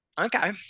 Okay